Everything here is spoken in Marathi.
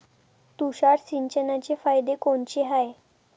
तुषार सिंचनाचे फायदे कोनचे हाये?